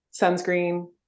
sunscreen